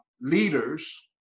leaders